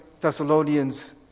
Thessalonians